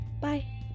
Bye